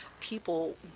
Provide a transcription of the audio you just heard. people